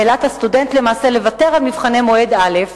הוא נאלץ למעשה לוותר על מבחני מועד א',